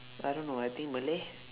I don't know I think malay